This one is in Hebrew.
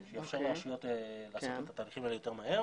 זה יאפשר לרשויות לעשות את התהליכים האלה יותר מהר.